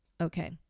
Okay